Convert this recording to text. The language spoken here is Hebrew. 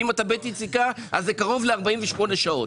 ואם אתה בית יציקה, זה קרוב ל-48 שעות.